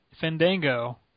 Fandango